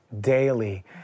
daily